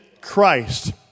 Christ